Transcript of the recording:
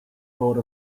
vote